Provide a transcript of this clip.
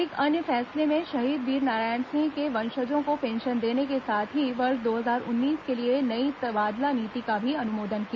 एक अन्य फैसले में शहीद वीर नारायण सिंह के वंशजों को पेंशन देने के साथ ही वर्ष दो हजार उन्नीस के लिए नई तबादला नीति का भी अनुमोदन किया